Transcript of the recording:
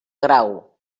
grau